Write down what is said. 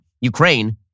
Ukraine